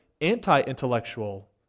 anti-intellectual